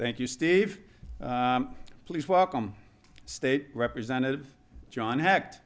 thank you steve please welcome state representative john hac